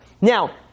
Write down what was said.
Now